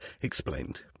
explained